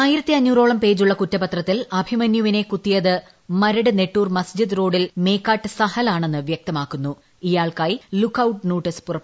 ആയിരത്തി അഞ്ഞൂറോളം പേജുള്ള കുറ്റപത്രത്തിൽ അഭിമന്യുവിനെ കുത്തിയത് മരട് നെട്ടൂർ മസ്ജിദ് റോഡിൽ മേക്കാട്ട് സഹൽ ആണെന്ന് ഇയാൾക്കായി ലുക്ക്ഔട്ട് നോട്ടീസ് വ്യക്തമാക്കുന്നു